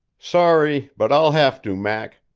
sorry, but i'll have to, mac.